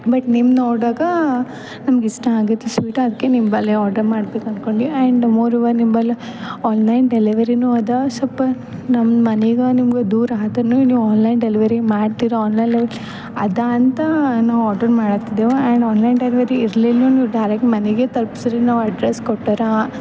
but ನಿಮ್ಮ ನೋಡಾಗ ನಮ್ಗೆ ಇಷ್ಟ ಆಗಿತ್ತು ಸ್ವೀಟ್ ಅದಕ್ಕೆ ನಿಂಬಲ್ಲೇ ಆರ್ಡರ್ ಮಾಡಬೇಕು ಅನ್ಕೊಂಡ್ವಿ ಆಂಡ್ ಮೋರ್ ಓವರ್ ನಿಂಬಲ್ಲಿ ಆನ್ಲೈನ್ ಡೆಲಿವೆರಿನೂ ಅದ ಸ್ವಲ್ಪ ನಮ್ಮ ಮನೆಗೂ ನಿಮಗು ದೂರ ಆದ್ರುನೂ ನೀವು ಆನ್ಲೈನ್ ಡೆಲಿವರಿ ಮಾಡ್ತೀರ ಆನ್ಲೈನ್ ಅದ ಅಂತ ನಾವು ಆರ್ಡರ್ ಮಾಡತ್ತಿದೇವು ಆಂಡ್ ಆನ್ಲೈನ್ ಡೆಲಿವರಿ ಇರ್ಲಿಲ್ಲ ಅಂದರು ಡೈರೆಕ್ಟ್ ಮನೆಗೆ ತಲುಪಿಸಿರಿ ನಾವು ಅಡ್ರೆಸ್ ಕೊಟ್ಟಾರ